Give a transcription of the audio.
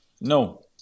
No